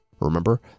Remember